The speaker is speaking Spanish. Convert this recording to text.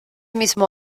mismo